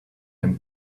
him